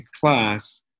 class